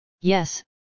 Yes